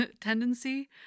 tendency